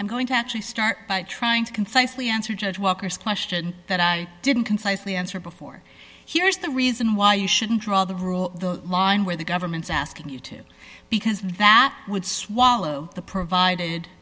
i'm going to actually start by trying to concisely answer judge walker's question that i didn't concisely answer before here's the reason why you shouldn't draw the rule the line where the government's asking you to because vats would swallow the provided